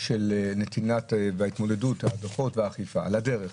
של ההתמודדות עם הדוחות והאכיפה, על הדרך.